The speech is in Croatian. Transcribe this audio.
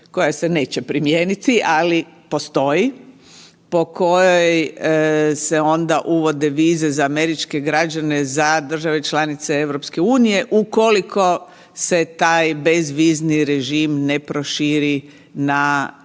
koja se neće primijeniti ali postoji, po kojoj se onda uvode vize za američke građane za države članice EU ukoliko se taj bezvizni režim ne proširi na